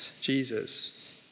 Jesus